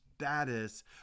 status